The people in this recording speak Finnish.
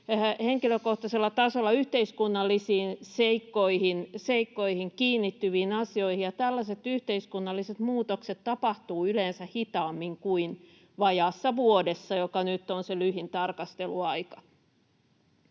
henkilökohtaisella tasolla yhteiskunnallisiin seikkoihin kiinnittyviin asioihin, ja tällaiset yhteiskunnalliset muutokset tapahtuvat yleensä hitaammin kuin vajaassa vuodessa, joka nyt on se lyhin tarkasteluaika.